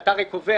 אתה הרי קובע,